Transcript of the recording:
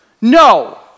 No